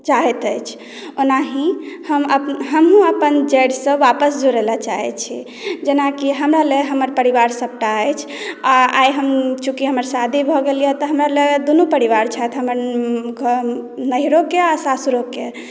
चाहैत अछि ओनाहि हम अपन हमहुँ अपन जड़िसँ वापस जुड़ै लेल चाहैत छी जेनाकि हमरा लेल हमर परिवार सभटा अछि आ आइ हम चूँकि हमर शादी भऽ गेलय तऽ हमरा लेल दूनो परिवार छथि हमर नैहरोक आ सासुरोक